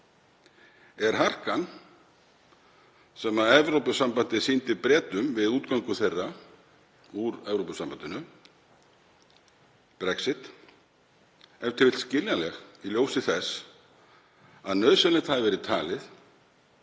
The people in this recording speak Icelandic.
er. Harkan sem Evrópusambandið sýndi Bretum við útgöngu þeirra úr Evrópusambandinu, Brexit, er e.t.v. skiljanleg í ljósi þess að nauðsynlegt hafi verið talið